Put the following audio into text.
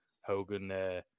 Hogan